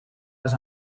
les